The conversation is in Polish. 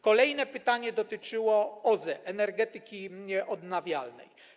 Kolejne pytanie dotyczyło OZE, czyli energetyki odnawialnej.